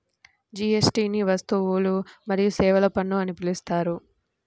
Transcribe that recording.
జీఎస్టీని వస్తువులు మరియు సేవల పన్ను అని పిలుస్తారు